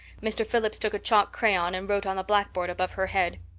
mr. phillips took a chalk crayon and wrote on the blackboard above her head.